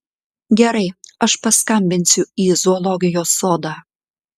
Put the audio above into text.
gerai aš paskambinsiu į zoologijos sodą